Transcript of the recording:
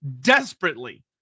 desperately